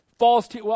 false